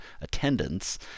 attendance